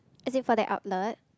as in for the outlet